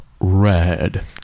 red